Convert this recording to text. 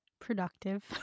productive